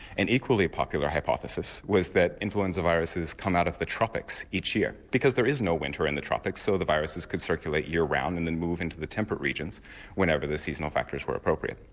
an equally popular hypothesis was that influenza viruses come out of the tropics each year because there is no winter in the tropics so the viruses could circulate year round and then move into the temperate regions whenever the seasonal factors were appropriate.